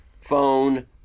phone